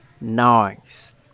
Nice